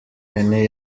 hene